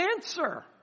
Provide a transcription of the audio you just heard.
answer